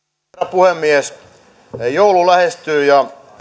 puhemies joulu lähestyy ja